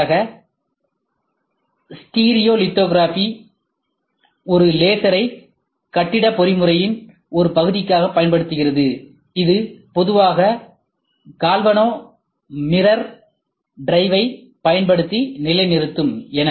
எடுத்துக்காட்டாக stereolithography ஒரு லேசரை கட்டிட பொறிமுறையின் ஒரு பகுதியாகப் பயன்படுத்துகிறது இது பொதுவாக கால்வனோ மிரர் டிரைவைப் பயன்படுத்தி நிலைநிறுத்தும்